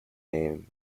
name